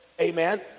amen